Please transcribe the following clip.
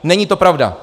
Není to pravda.